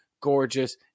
gorgeous